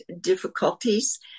difficulties